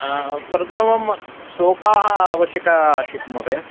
प्रथमं सोपाः आवश्यकम् आसीत् महोदय